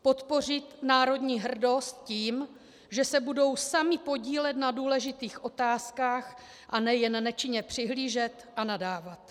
Podpořit národní hrdost tím, že se budou sami podílet na důležitých otázkách, a ne jen nečinně přihlížet a nadávat.